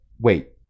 wait